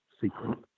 secret